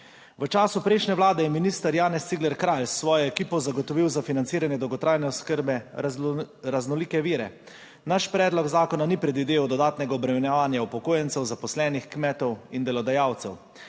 V času prejšnje vlade je minister Janez Cigler Kralj s svojo ekipo zagotovil za financiranje dolgotrajne oskrbe raznolike vire. Naš predlog zakona ni predvideval dodatnega obremenjevanja upokojencev, zaposlenih, kmetov in delodajalcev.